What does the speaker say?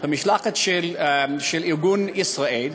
במשלחת של ארגון "ישראייד"